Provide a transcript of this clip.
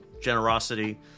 Generosity